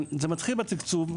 זה מתחיל בתקצוב,